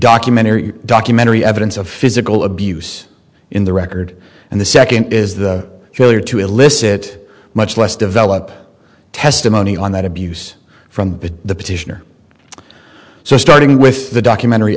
documentary documentary evidence of physical abuse in the record and the second is the failure to elicit much less developed testimony on that abuse from the petitioner so starting with the documentary